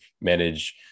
manage